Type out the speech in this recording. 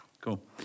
Cool